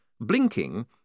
Blinking